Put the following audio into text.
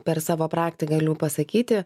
per savo prakti galiu pasakyti